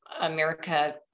America